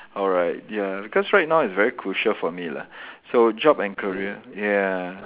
alright ya because right now it's very crucial for me lah so job and career ya